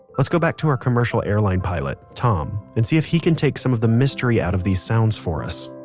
let's go back to our commercial airline pilot, tom, and see if he can take some of the mystery out of these sounds for us